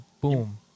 Boom